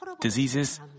diseases